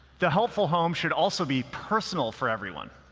the helpful home should also be personal for everyone.